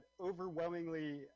overwhelmingly